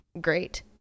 great